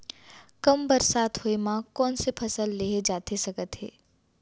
कम बरसात होए मा कौन से फसल लेहे जाथे सकत हे?